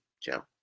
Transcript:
Joe